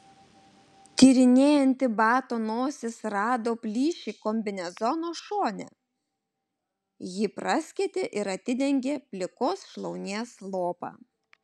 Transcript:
tyrinėjanti bato nosis rado plyšį kombinezono šone jį praskėtė ir atidengė plikos šlaunies lopą